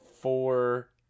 four